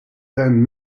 van